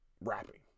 rapping